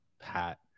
Pat